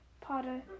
Potter